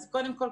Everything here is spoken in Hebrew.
אז קודם כל,